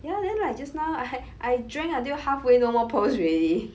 ya then like just now I I drank until halfway no more pearls already